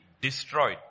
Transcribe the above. destroyed